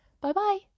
Bye-bye